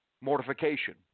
Mortification